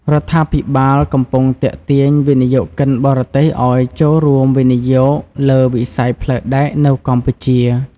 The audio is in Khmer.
រដ្ឋាភិបាលកំពុងទាក់ទាញវិនិយោគិនបរទេសឱ្យចូលរួមវិនិយោគលើវិស័យផ្លូវដែកនៅកម្ពុជា។